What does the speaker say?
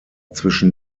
zwischen